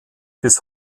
bis